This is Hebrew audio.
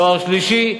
תואר שלישי,